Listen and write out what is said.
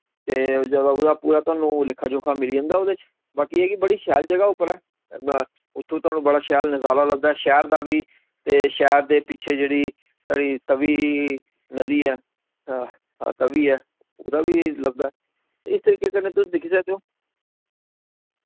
ते उस जगह दा पुरा थोआनू लेखा जोखा मिली जंदा उदे च बाकि एह् ऐ कि बड़ी शैल जगह उप्पर ऐ उत्थोआं थोआनू बड़ा शैल नजारा लब्दा ऐ शैह्र दा वी ते शैह्र दे पिच्छे जेह्ड़ी साढ़ी तवी नदी ऐ हां तवी ऐ उदा वी लब्दा ऐ इस तरीके कन्नै तुस दिक्खी सकदे ओ